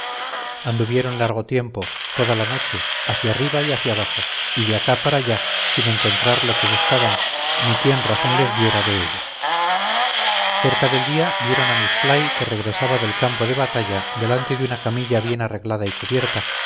anduvieron largo tiempo toda la noche hacia arriba y hacia abajo y de acá para allá sin encontrar lo que buscaban ni quien razón les diera de ello cerca del día vieron a miss fly que regresaba del campo de batalla delante de una camilla bien arreglada y cubierta